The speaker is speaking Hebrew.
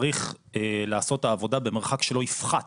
צריך לעשות את העבודה במרחק שלא יפחת